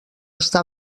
està